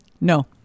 no